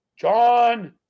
John